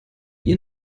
wie